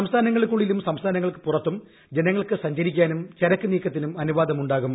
സംസ്ഥാനങ്ങൾക്കുള്ളിലും സംസ്ഥാനങ്ങൾക്ക് പുറത്തും ജനങ്ങൾക്ക് സഞ്ചരിക്കാനും ചരക്ക് നീക്കത്തിനും അനുവാദമുണ്ടാകും